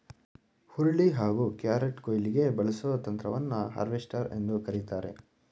ಹುರುಳಿ ಹಾಗೂ ಕ್ಯಾರೆಟ್ಕುಯ್ಲಿಗೆ ಬಳಸೋ ಯಂತ್ರವನ್ನು ಹಾರ್ವೆಸ್ಟರ್ ಎಂದು ಕರಿತಾರೆ